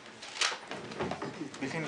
13:03.